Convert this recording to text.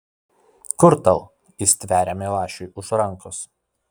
kur tau ji stveria milašiui už rankos